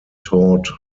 taught